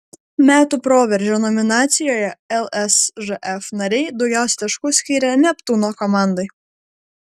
metų proveržio nominacijoje lsžf nariai daugiausiai taškų skyrė neptūno komandai